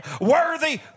worthy